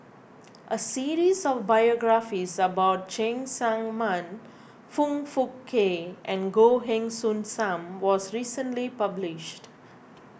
a series of biographies about Cheng Tsang Man Foong Fook Kay and Goh Heng Soon Sam was recently published